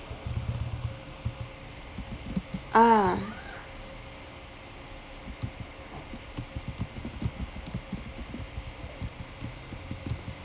ah